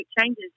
changes